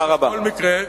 על כל מקרה,